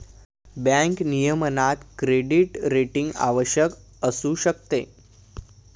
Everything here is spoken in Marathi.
बँक नियमनात क्रेडिट रेटिंग आवश्यक असू शकते